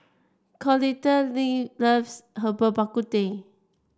Clotilde loves Herbal Bak Ku Teh